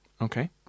Okay